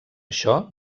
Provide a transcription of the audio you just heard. això